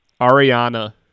Ariana